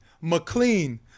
mclean